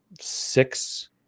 six